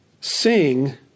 Sing